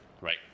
right